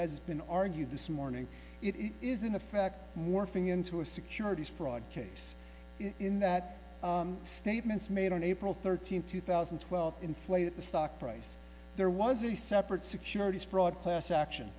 has been argued this morning it is in effect morphing into a securities fraud case in that statements made on april thirteenth two thousand and twelve inflate the stock price there was a separate securities fraud class action